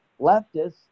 leftists